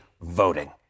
voting